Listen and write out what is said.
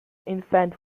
infant